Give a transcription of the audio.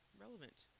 relevant